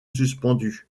suspendue